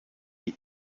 die